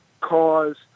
cause